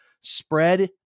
spread